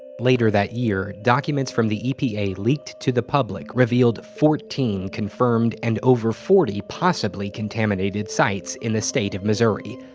later that year, documents from the epa leaked to the public revealed fourteen confirmed and over forty possibly contaminated sites in the the state of missouri.